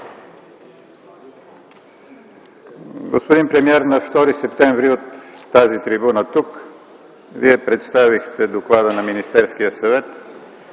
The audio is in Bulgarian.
Господин премиер, на 2 септември т.г. от тази трибуна, тук Вие представихте Доклада на Министерския съвет